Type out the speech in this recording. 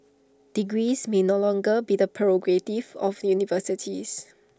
degrees may no longer be the prerogative of universities